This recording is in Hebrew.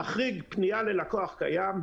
להחריג פנייה ללקוח קיים,